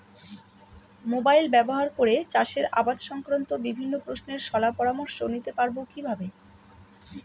Mobile ব্যাবহার করে চাষের আবাদ সংক্রান্ত বিভিন্ন প্রশ্নের শলা পরামর্শ নিতে পারবো কিভাবে?